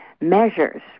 measures